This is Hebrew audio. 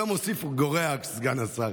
כל המוסיף גורע, סגן השר.